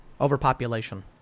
Overpopulation